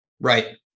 Right